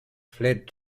fled